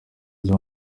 ziba